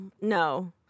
No